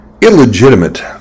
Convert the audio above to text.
illegitimate